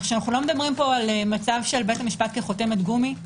אנחנו לא מדברים פה על מצב של בית המשפט כחותמת גומי.